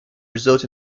result